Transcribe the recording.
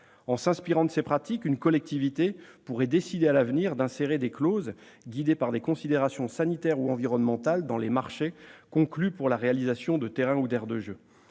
En s'inspirant de ces pratiques, une collectivité pourrait décider, à l'avenir, d'insérer des clauses guidées par des considérations sanitaires ou environnementales dans les marchés conclus pour la réalisation de terrains ou d'aires de jeu.